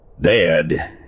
Dad